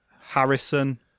Harrison